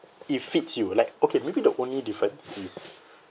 it fits you like okay maybe the only difference is